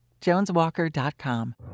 JonesWalker.com